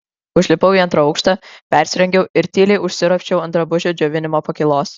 užlipau į antrą aukštą persirengiau ir tyliai užsiropščiau ant drabužių džiovinimo pakylos